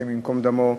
השם ייקום דמו.